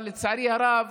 לצערי הרב,